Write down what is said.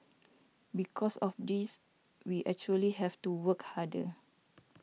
because of this we actually have to work harder